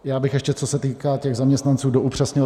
Já bych ještě, co se týká těch zaměstnanců, to upřesnil.